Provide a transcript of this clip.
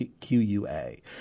Q-U-A